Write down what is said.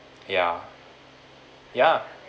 ya ya